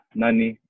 nani